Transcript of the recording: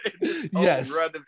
Yes